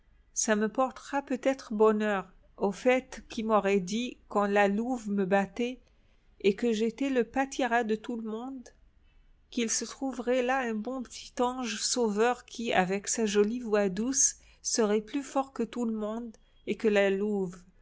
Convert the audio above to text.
ça me portera peut-être bonheur au fait qui m'aurait dit quand la louve me battait et que j'étais le pâtiras de tout le monde qu'il se trouverait là un bon petit ange sauveur qui avec sa jolie voix douce serait plus fort que tout le monde et que la louve